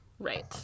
Right